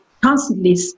constantly